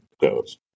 goes